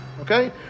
Okay